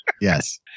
Yes